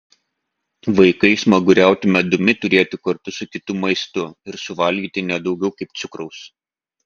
vaikai smaguriauti medumi turėtų kartu su kitu maistu ir suvalgyti ne daugiau kaip cukraus